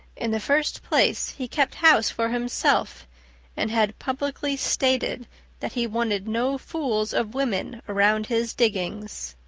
in the first place he kept house for himself and had publicly stated that he wanted no fools of women around his diggings.